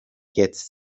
jetzt